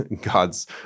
God's